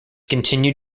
continued